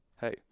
hey